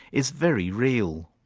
is very real.